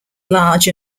large